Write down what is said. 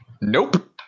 Nope